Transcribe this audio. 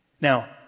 Now